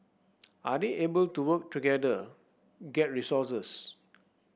are they able to work together get resources